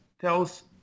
tells